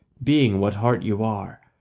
being what heart you are,